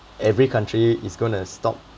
every country is gonna stop